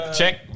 Check